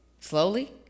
Slowly